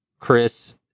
Chris